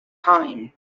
time